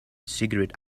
cigarette